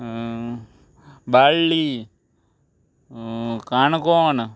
Balli Canacona